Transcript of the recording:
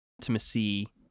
intimacy